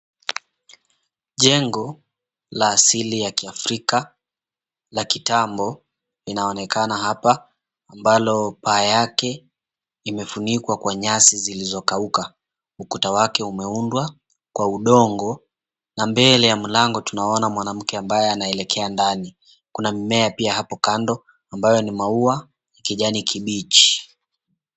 Jengo la asili ya kiafrika la kitambo linaonekana hapa, ambalo paa yake limefunikwa kwa nyasi zilizokauka. Huku ukuta wake umeundwa kwa udongo na mbele ya mlango tunaona mwanamke ambaye anaelekea ndani. Kuna mimea pia hapo kando ambayo ni maua ya kijani kibichi.